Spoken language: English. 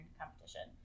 competition